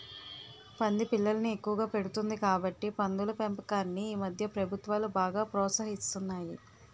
పంది పిల్లల్ని ఎక్కువగా పెడుతుంది కాబట్టి పందుల పెంపకాన్ని ఈమధ్య ప్రభుత్వాలు బాగా ప్రోత్సహిస్తున్నాయి